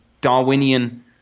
Darwinian